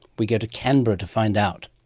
we go to canberra to find out.